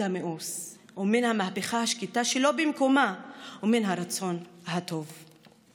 המיאוס / מן המהפכה השקטה שלא במקומה / ומן הרצון הטוב".